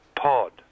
Pod